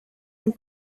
and